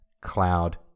cloud